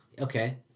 Okay